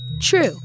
True